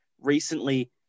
recently